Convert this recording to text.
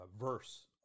verse